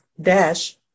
dash